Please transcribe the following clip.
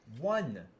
One